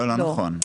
לא נכון.